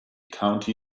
county